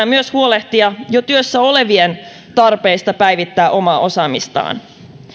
myös huolehtia jo työssä olevien tarpeista päivittää omaa osaamistaan